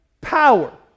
power